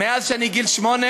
מאז אני בן שמונה,